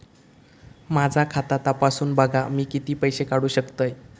माझा खाता तपासून बघा मी किती पैशे काढू शकतय?